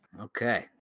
okay